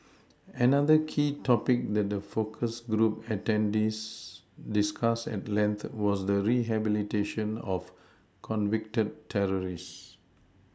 another key topic that the focus group attendees discussed at length was the rehabilitation of convicted terrorists